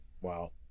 Wow